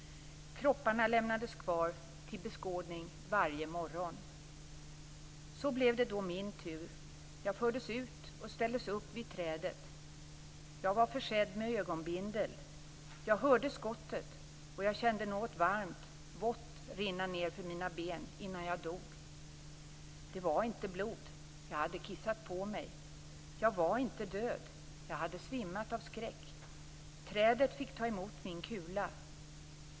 Kropparna lämnades kvar till beskådning varje morgon. Så blev det då min tur. Jag fördes ut och ställdes upp vid trädet. Jag var försedd med ögonbindel, jag hörde skottet och jag kände något varmt, vått rinna nerför mina ben innan jag dog. Det var inte blod, jag hade kissat på mig. Jag var inte död, jag hade svimmat av skräck. Trädet fick ta emot min kula.